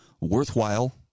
worthwhile